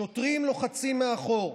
שוטרים לוחצים מאחור.